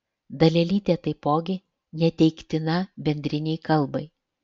dalelytė taipogi neteiktina bendrinei kalbai